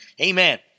Amen